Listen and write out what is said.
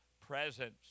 presence